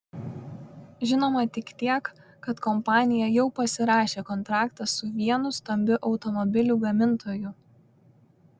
žinoma tik tiek kad kompanija jau pasirašė kontraktą su vienu stambiu automobilių gamintoju